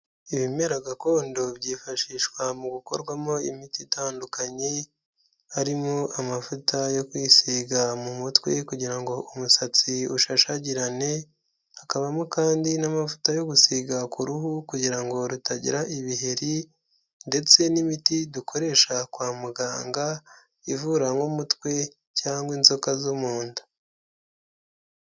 Ibimera gakondo byifashishwa mu gukorwamo imiti itandukanye, harimo amavuta yo kwisiga mu mutwe kugira ngo umusatsi ushashagirane, hakabamo kandi n'amavuta yo gusiga ku ruhu kugira ngo rutagira ibiheri ndetse n'imiti dukoresha kwa muganga ivura nk' umutwe cyangwa inzoka zo mu nda.